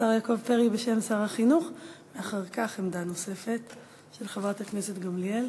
השר יעקב פרי בשם שר החינוך ואחר כך עמדה נוספת של חברת הכנסת גמליאל.